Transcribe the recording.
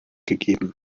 gegeben